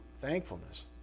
thankfulness